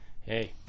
hey